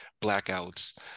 blackouts